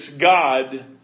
God